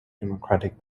democratic